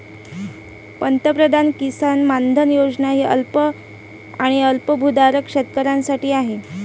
पंतप्रधान किसान मानधन योजना ही अल्प आणि अल्पभूधारक शेतकऱ्यांसाठी आहे